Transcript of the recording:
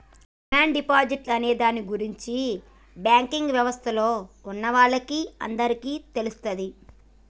demand deposit అనే దాని గురించి బ్యాంకింగ్ యవస్థలో ఉన్నవాళ్ళకి అందరికీ తెలుస్తది